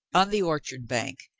on the orchard bank,